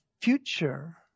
future